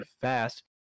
fast